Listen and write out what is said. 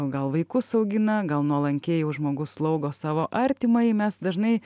gal vaikus augina gal nuolankiai jau žmogus slaugo savo artimąjį mes dažnai